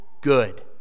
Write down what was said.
good